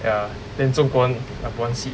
ya then 中国 one have one seed